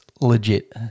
legit